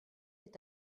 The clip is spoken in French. est